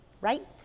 Right